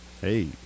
Hey